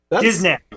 Disney